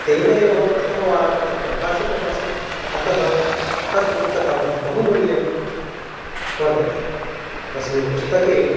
तेन एव प्रथमवारं तत् प्रकाशितमासीत् अतः तत् पुस्तकं बहु मूल्यं वर्तते तस्मिन् पुस्तके